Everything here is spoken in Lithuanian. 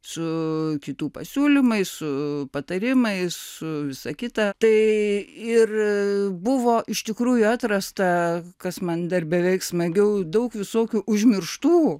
su kitų pasiūlymai su patarimais su visa kita tai ir buvo iš tikrųjų atrasta kas man dar beveik smagiau daug visokių užmirštų